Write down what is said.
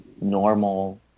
normal